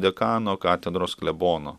dekano katedros klebono